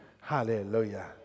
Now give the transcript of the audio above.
Hallelujah